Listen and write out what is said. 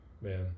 Man